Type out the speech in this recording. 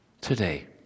today